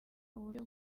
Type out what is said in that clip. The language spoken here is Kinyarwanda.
uburyo